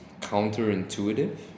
counterintuitive